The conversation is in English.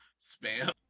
spam